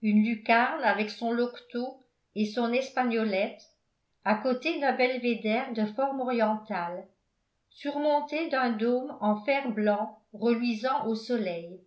une lucarne avec son loqueteau et son espagnolette à côté d'un belvédère de forme orientale surmonté d'un dôme en fer-blanc reluisant au soleil